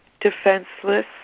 defenseless